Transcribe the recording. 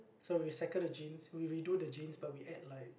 so we recycle the jeans we redo the jeans but we add like